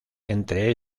entre